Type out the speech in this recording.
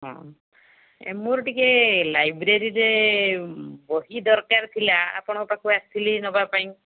ହଁ ଏ ମୋର ଟିକେ ଲାଇବ୍ରେରୀରେ ଯେ ବହି ଦରକାର ଥିଲା ଆପଣଙ୍କ ପାଖକୁ ଆସିଥିଲି ନେବା ପାଇଁ